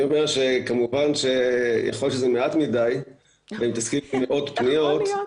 כמובן שיכול להיות שזה מעט מדי ואנחנו מתעסקים במאות פניות.